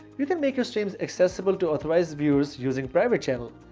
you can make your streams accessible to authorize viewers using private channels.